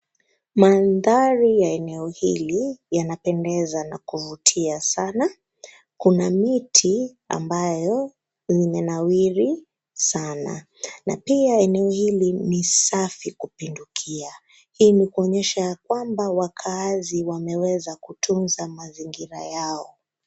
Mandhari ya eneo hili yanapendeza na kuvutia sana. Kuna miti ambayo imenawiri sana. Na pia eneo hili ni safi kupindukia. Hii ni kuonyesha ya kwamba wakazi wameweza kutunza mazingira yao.